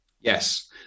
Yes